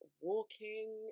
walking